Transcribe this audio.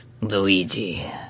Luigi